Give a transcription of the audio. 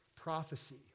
prophecy